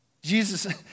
Jesus